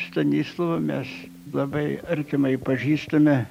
stanislovu mes labai artimai pažįstami